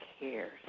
cares